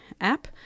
app